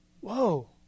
Whoa